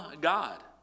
God